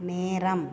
நேரம்